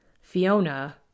Fiona